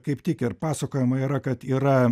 kaip tik ir pasakojama yra kad yra